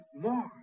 more